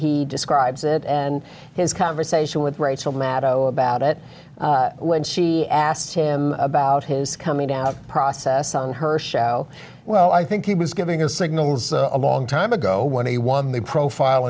he describes it and his conversation with rachel maddow about it when she asked him about his coming down process on her show well i think he was giving a signals a long time ago when he won the profile